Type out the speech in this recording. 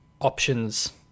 Options